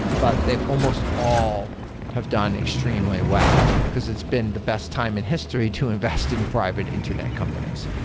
but they've almost all have done extremely well, because it's been the best time in history to invest in private internet companies.